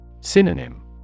Synonym